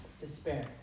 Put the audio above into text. despair